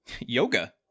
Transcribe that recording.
Yoga